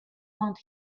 want